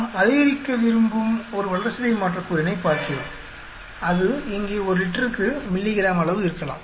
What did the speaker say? நாம் அதிகரிக்க விரும்பும் ஒரு வளர்சிதை மாற்றக் கூறினைப் பார்க்கிறோம் அது இங்கே ஒரு லிட்டருக்கு மில்லிகிராம் அளவு இருக்கலாம்